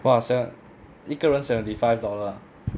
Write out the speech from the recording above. !wah! sev~ 一个人 seventy five ah